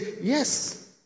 Yes